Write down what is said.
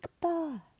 bar